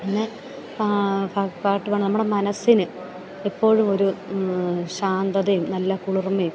പിന്നെ പാട്ടുമാണ് നമ്മുടെ മനസ്സിന് എപ്പോഴും ഒരു ശാന്തതയും നല്ല കുളിർമയും